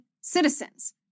citizens